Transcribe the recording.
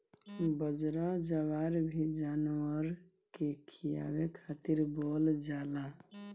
बजरा, जवार भी जानवर के खियावे खातिर बोअल जाला